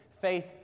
faith